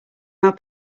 how